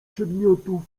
przedmiotów